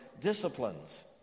disciplines